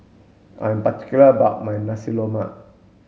I'm particular about my Nasi Lemak